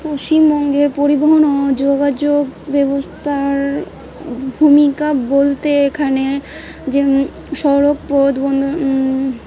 পশ্চিমবঙ্গের পরিবহন ও যোগাযোগ ব্যবস্থার ভূমিকা বলতে এখানে যে সড়কপধ বন্ধ